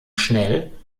schnell